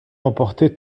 remporté